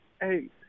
Hey